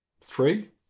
three